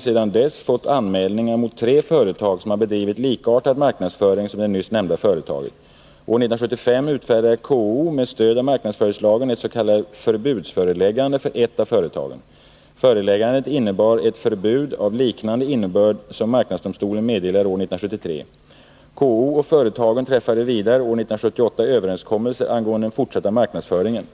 sedan dess fått anmälningar mot tre företag, som har bedrivit likartad marknadsföring som det nyss nämnda företaget. År 1975 utfärdade KO, med stöd av marknadsföringslagen, ett s.k. förbudsföreläggande för ett av företagen. Föreläggandet innebar ett förbud av liknande innebörd som marknadsdomstolen meddelade år 1973. KO och företagen träffade vidare år 1978 överenskommelser angående den fortsatta marknadsföringen.